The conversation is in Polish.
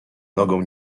nogą